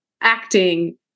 acting